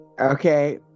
Okay